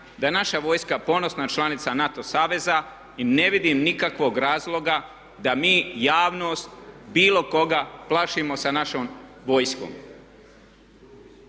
da je naša vojska ponosna članica NATO saveza i ne vidim nikakvog razloga da mi javnost bilo koga plašimo sa našom vojskom.